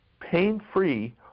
pain-free